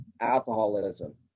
alcoholism